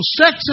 sex